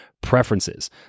preferences